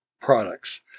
products